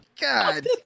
God